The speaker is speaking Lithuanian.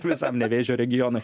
visam nevėžio regionui